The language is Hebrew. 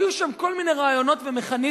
היו שם כל מיני רעיונות ומכניזמים,